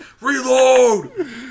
reload